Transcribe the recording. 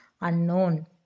unknown